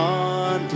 on